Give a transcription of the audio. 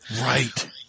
Right